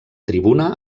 tribuna